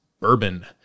Bourbon